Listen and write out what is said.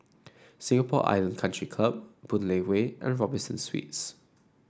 Singapore Island Country Club Boon Lay Way and Robinson Suites